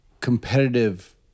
competitive